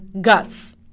guts